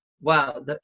wow